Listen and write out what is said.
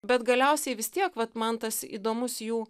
bet galiausiai vis tiek vat man tas įdomus jų